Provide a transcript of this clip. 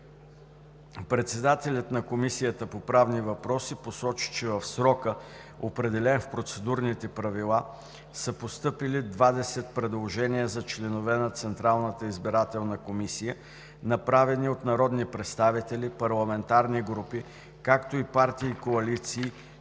Председателят на Комисията по правни въпроси посочи, че в срока, определен в Процедурните правила, са постъпили двадесет предложения за членове на Централната избирателна комисия, направени от народни представители, парламентарни групи, както и партии и коалиции,